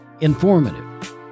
Informative